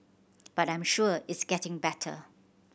but I'm sure it's getting better